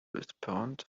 respond